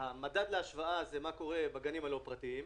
קורה בגנים הלא פרטיים,